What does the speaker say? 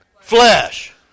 flesh